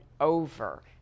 over